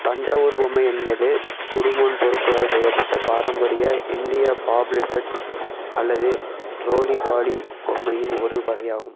தஞ்சாவூர் பொம்மை என்பது சுடுமண் பொருட்களால் செய்யப்பட்ட பாரம்பரிய இந்திய பாப்லெஹெட் அல்லது ரோலி பாலி பொம்மையின் ஒரு வகையாகும்